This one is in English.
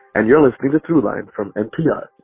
and you're listening to throughline from npr.